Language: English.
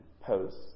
posts